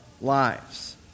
lives